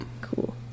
Cool